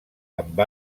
amb